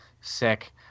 Sick